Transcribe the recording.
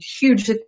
huge